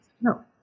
No